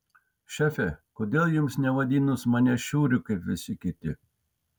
šefe kodėl jums nevadinus manęs šiuriu kaip visi kiti